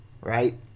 right